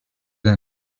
d’un